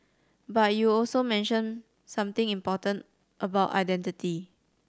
but you also mentioned something important about identity